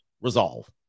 resolve